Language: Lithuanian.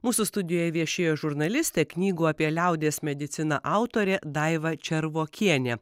mūsų studijoj viešėjo žurnalistė knygų apie liaudies mediciną autorė daiva červokienė